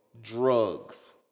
drugs